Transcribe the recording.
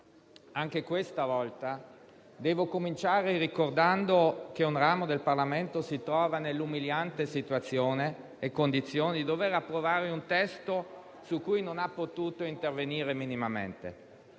anche questa volta devo cominciare ricordando che un ramo del Parlamento si trova nell'umiliante situazione e condizione di dover approvare un testo su cui non è potuto intervenire minimamente.